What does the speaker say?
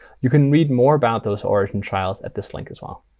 you can read more about those origin trials at this link as well.